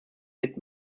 mid